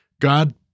God